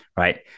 Right